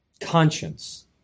conscience